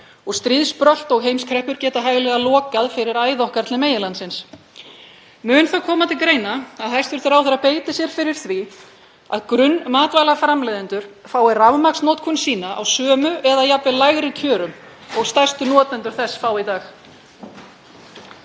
og stríðsbrölt og heimskreppur geta hæglega lokað fyrir æð okkar til meginlandsins. Mun það koma til greina að hæstv. ráðherra beiti sér fyrir því að grunnmatvælaframleiðendur fái rafmagnsnotkun sína á sömu eða jafnvel lægri kjörum og stærstu notendur þess fá í dag?